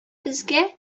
безгә